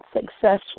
Successful